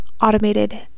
automated